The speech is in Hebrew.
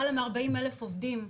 למעלה מארבעים אלף עובדים.